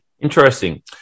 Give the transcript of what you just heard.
Interesting